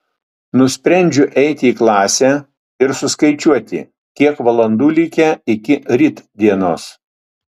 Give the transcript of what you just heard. nusprendžiu eiti į klasę ir suskaičiuoti kiek valandų likę iki rytdienos